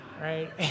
right